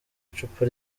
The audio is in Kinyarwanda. icupa